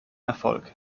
erfolg